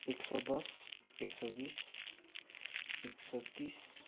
एक सय दस एक सय बिस एक सय तिस